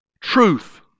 truth